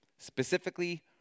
Specifically